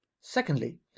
Secondly